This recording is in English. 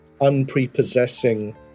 unprepossessing